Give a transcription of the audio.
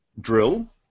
drill